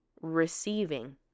receiving